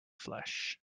flesh